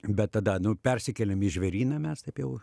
bet tada nu persikėlėm į žvėryną mes taip jau